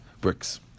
bricks